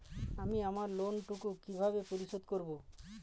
আমি আমার লোন টুকু কিভাবে পরিশোধ করব?